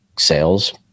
sales